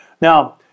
Now